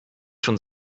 schon